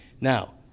Now